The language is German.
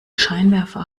scheinwerfer